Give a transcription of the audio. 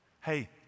Hey